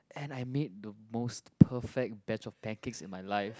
and I made the most perfect batch of pancakes in my life